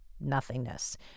nothingness